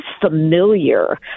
familiar